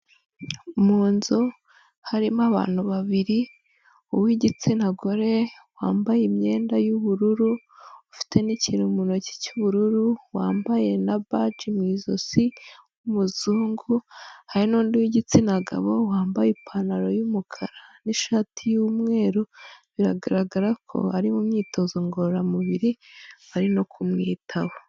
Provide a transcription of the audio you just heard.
Munzu harimo abantu babiri, uwi'igitsina gore wambaye imyenda y'ubururu, ufite n'ikintu mu ntoki cy'ubururu, wambaye na baji mu ijosi w'umuzungu, hari n'undi w'igitsina gabo wambaye ipantaro y'umukara n'ishati y'umweru, biragaragara ko ari mu myitozo ngororamubiri ,ari no kumwitaho.